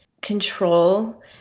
control